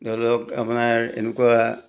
ধৰি লওক আপোনাৰ এনেকুৱা